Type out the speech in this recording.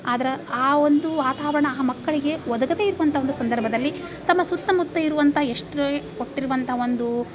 ಆದ್ರೆ ಆ ಒಂದು ವಾತಾವರಣ ಆ ಮಕ್ಕಳಿಗೆ ಒದಗದೇ ಇರುವಂಥ ಒಂದು ಸಂದರ್ಭದಲ್ಲಿ ತಮ್ಮ ಸುತ್ತ ಮುತ್ತ ಇರುವಂಥ ಎಷ್ಟೇ ಕೊಟ್ಟಿರುವಂಥ ಒಂದು